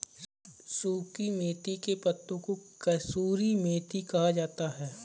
सुखी मेथी के पत्तों को कसूरी मेथी कहा जाता है